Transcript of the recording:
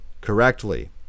correctly